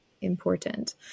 important